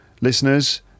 listeners